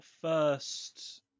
first